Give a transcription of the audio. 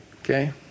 Okay